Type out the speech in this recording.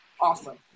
awesome